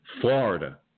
Florida